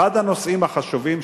אחד הנושאים החשובים,